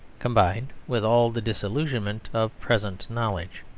combined with all the disillusionment of present knowledge.